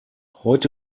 heute